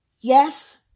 yes